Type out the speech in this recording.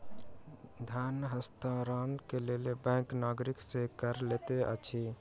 धन हस्तांतरण के लेल बैंक नागरिक सॅ कर लैत अछि